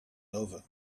over